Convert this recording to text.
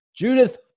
Judith